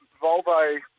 Volvo